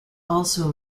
also